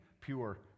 pure